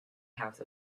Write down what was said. house